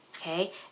Okay